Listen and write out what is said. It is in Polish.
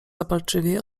zapalczywiej